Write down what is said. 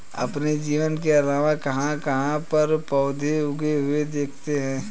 आपने जमीन के अलावा कहाँ कहाँ पर पौधे उगे हुए देखे हैं?